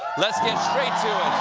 let's get right to